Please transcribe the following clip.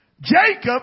Jacob